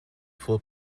full